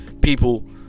people